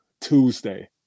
Tuesday